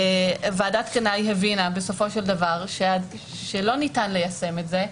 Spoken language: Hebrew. ועדת קנאי הבינה בסופו של דבר שלא ניתן ליישם את זה,